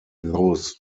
those